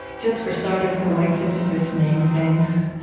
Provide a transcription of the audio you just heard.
just for starters, the way physicists name things,